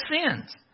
sins